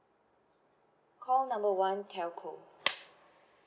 call number one telco